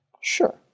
Sure